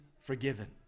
forgiven